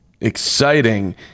exciting